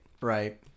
right